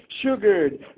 sugared